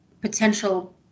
potential